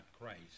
Christ